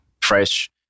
Fresh